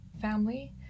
family